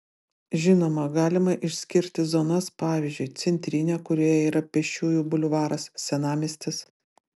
žinoma galima išskirti zonas pavyzdžiui centrinė kurioje yra pėsčiųjų bulvaras senamiestis